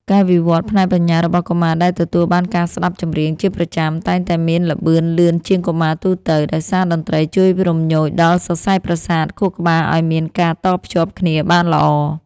ការវិវត្តផ្នែកបញ្ញារបស់កុមារដែលទទួលបានការស្តាប់ចម្រៀងជាប្រចាំ តែងមានល្បឿនលឿនជាងកុមារទូទៅ ដោយសារតន្ត្រីជួយរំញោចដល់សរសៃប្រសាទខួរក្បាលឱ្យមានការតភ្ជាប់គ្នាបានល្អ។